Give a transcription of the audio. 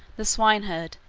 the swine-herd,